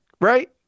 right